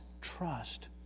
trust